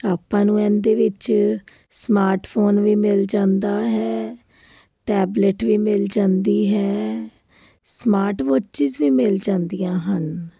ਆਪਾਂ ਨੂੰ ਇਹਦੇ ਵਿੱਚ ਸਮਾਰਟਫੋਨ ਵੀ ਮਿਲ ਜਾਂਦਾ ਹੈ ਟੈਬਲੇਟ ਵੀ ਮਿਲ ਜਾਂਦੀ ਹੈ ਸਮਾਰਟ ਵਾਚਿਸ ਵੀ ਮਿਲ ਜਾਂਦੀਆਂ ਹਨ